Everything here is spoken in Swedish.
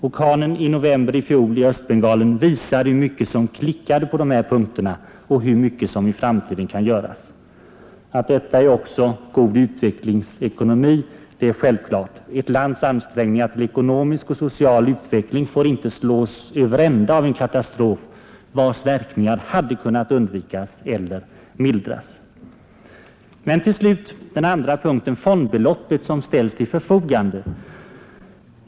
Orkanen i november i fjol i Östbengalen visade hur mycket som klickade på de här punkterna och hur mycket som i framtiden kan göras. Att detta också är god utvecklingsekonomi är självklart. Ett lands ansträngningar till ekonomisk och social utveckling får inte slås över ända av en katastrof, vars verkningar hade kunnat undvikas eller mildras. Till slut vill jag ta upp den andra punkten, fondbeloppet som ställs till förfogande.